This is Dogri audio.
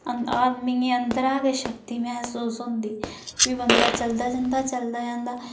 आदमी दे अंदरा गै शक्ति मैह्सूस होंदी फ्ही बन्दा चलदा जंदा चलदा जंदा